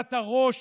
הרכנת הראש